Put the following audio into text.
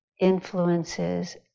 influences